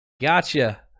gotcha